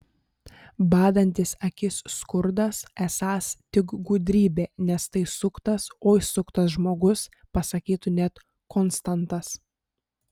badantis akis skurdas esąs tik gudrybė nes tai suktas oi suktas žmogus pasakytų net konstantas